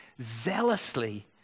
zealously